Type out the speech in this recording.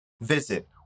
Visit